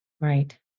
Right